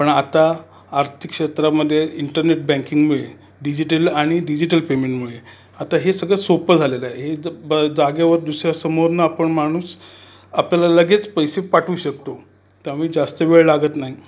पण आता आर्थिक क्षेत्रामध्ये इंटरनेट बँकिंगमुळे डिजिटल आणि डिजिटल पेमेंटमुळे आता हे सगळं सोपं झालेलं आहे हे द् ब जागेवर दुसऱ्या समोरून आपण माणूस आपल्याला लगेच पैसे पाठवू शकतो त्यामुळे जास्त वेळ लागतं नाही